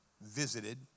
Visited